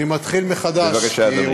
אני רוצה שהשר